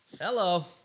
Hello